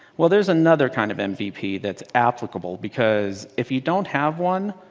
well, there's another kind of and mvp that's applicable. because if you don't have one,